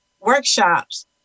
workshops